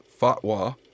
fatwa